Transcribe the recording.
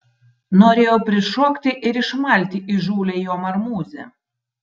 norėjau prišokti ir išmalti įžūlią jo marmūzę